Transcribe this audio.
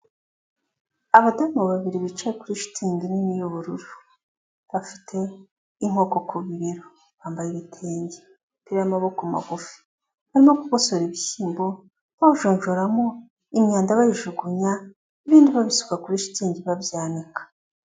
Abadado babiri bicaye kuri shitingi nini y'ubururu. Bafite inkoko ku bibero. Bambaye ibitenge. Imipira y'amaboko magufi. Barimo kugosora ibishyimbo babijonjoramo imyanda bayijugunya, ibindi babisuka kuri shitingi babyanika.